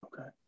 Okay